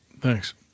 Thanks